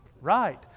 Right